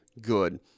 good